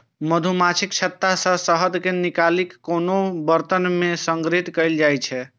मछुमाछीक छत्ता सं शहद कें निकालि कें कोनो बरतन मे संग्रहीत कैल जाइ छै